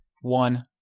One